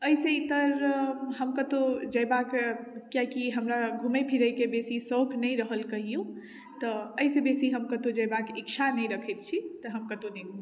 एहिसे तऽ हम कतौ जेबाके किआकि हमरा घुमै फिरैके बेसी शौक नहि रहल कहियौ तऽ एहि सऽ बेसी हम कतौ जेबाक इच्छा नहि रखैत छी तऽ हम कतौ नहि घुमितहुँ